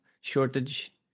shortage